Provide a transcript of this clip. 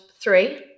three